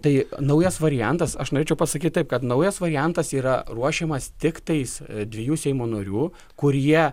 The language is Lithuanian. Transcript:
tai naujas variantas aš norėčiau pasakyt taip kad naujas variantas yra ruošiamas tik tais dviejų seimo narių kurie